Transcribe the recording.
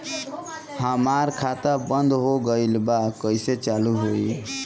हमार खाता बंद हो गइल बा कइसे चालू होई?